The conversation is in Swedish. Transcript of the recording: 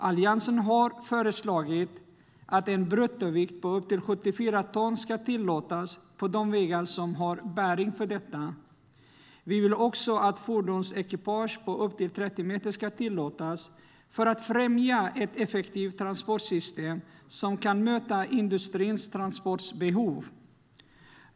Alliansen har föreslagit att en bruttovikt på upp till 74 ton ska tillåtas på de vägar som har bäring för detta. För att främja ett effektivt transportsystem som kan möta industrins transportbehov vill vi också att fordonsekipage på upp till 30 meter ska tillåtas.